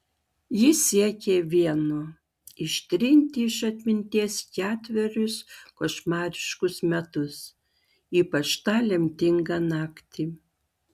ji siekė vieno ištrinti iš atminties ketverius košmariškus metus ypač tą lemtingą naktį